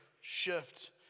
shift